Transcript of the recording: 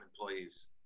employees